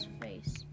face